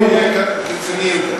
הליכוד נהיה קיצוני יותר.